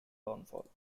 downfall